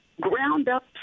ground-up